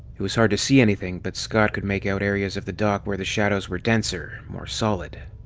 it was hard to see anything, but scott could make out areas of the dock where the shadows were denser, more solid.